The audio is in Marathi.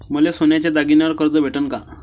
मले सोन्याच्या दागिन्यावर कर्ज भेटन का?